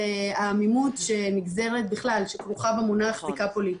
העמימות שכרוכה בכלל במונח זיקה פוליטית.